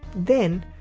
then,